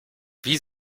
wie